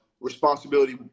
responsibility